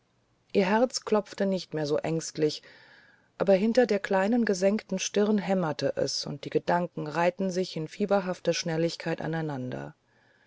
ihr herz klopfte nicht mehr so ängstlich aber hinter der kleinen gesenkten stirn hämmerte es und die gedanken reihten sich in fieberhafter schnelligkeit aneinander